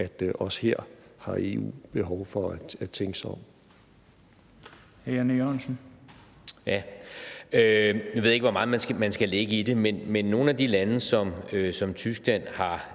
at også her har EU behov for at tænke sig om.